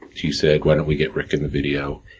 he said, why don't we get rick in the video?